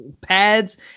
pads